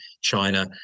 China